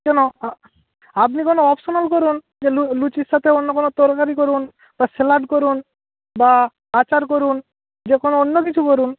কেন আপনি কোনো অপশানাল করুন যে লুচির সাথে অন্য কোনো তরকারি করুন বা স্যালাড করুন বা আচার করুন যে কোনো অন্য কিছু করুন